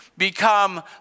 Become